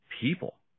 people